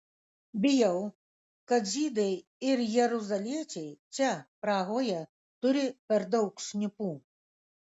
bijau kad žydai ir jeruzaliečiai čia prahoje turi per daug šnipų